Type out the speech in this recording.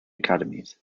academies